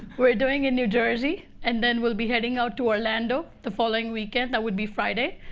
we're doing in new jersey, and then we'll be heading out to orlando the following weekend. that would be friday.